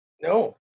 no